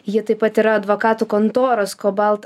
ji taip pat yra advokatų kontoros kobalt